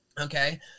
Okay